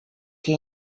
que